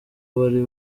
bari